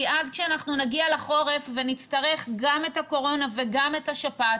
כי כשאנחנו נגיע לחורף ונצטרך גם את הקורונה וגם את השפעת,